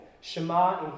Shema